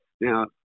Now